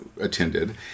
attended